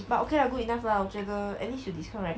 but okay lah good enough lah 我觉得 at least 有 discount right